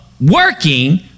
working